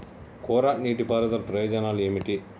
కోరా నీటి పారుదల ప్రయోజనాలు ఏమిటి?